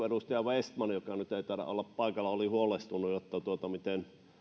edustaja vestman joka nyt ei taida olla paikalla oli huolestunut miten